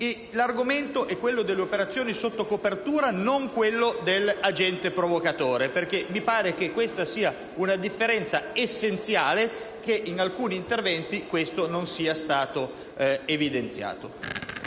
L'argomento è quello delle operazioni sotto copertura, non quello dell'agente provocatore. Mi pare che questa sia una differenza essenziale che in alcuni interventi non è stata evidenziata.